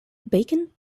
bacon